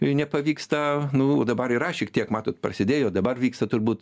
jei nepavyksta nu va dabar yra šiek tiek matot prasidėjo dabar vyksta turbūt